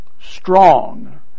Strong